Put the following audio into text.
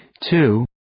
Two